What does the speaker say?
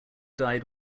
died